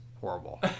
horrible